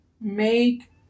Make